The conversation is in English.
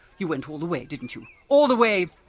you went all the way, didn't you! all the way,